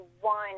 one